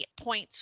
points